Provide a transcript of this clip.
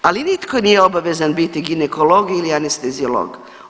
Ali nitko nije obavezan biti ginekolog ili anesteziolog.